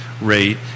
rate